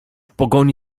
pogoni